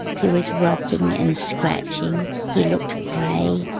he was rocking and scratching, he looked grey,